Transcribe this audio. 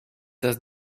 does